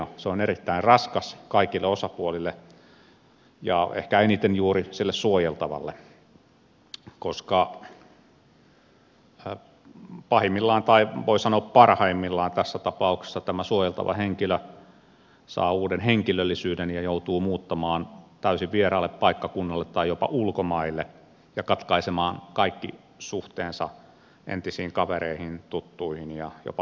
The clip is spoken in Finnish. se on erittäin raskas kaikille osapuolille ehkä eniten juuri sille suojeltavalle koska pahimmillaan tai voi sanoa parhaimmillaan tässä tapauksessa tämä suojeltava henkilö saa uuden henkilöllisyyden ja joutuu muuttamaan täysin vieraalle paikkakunnalle tai jopa ulkomaille ja katkaisemaan kaikki suhteensa entisiin kavereihin tuttuihin ja jopa perheeseensä